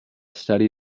study